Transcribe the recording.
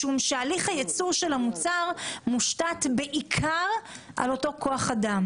הליך הייצור של אותו מוצר מושתת בעיקר על אותו כוח אדם.